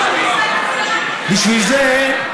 בשביל זה,